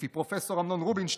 לפי פרופ' אמנון רובינשטיין,